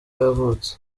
yavutse